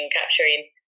capturing